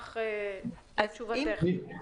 גברתי,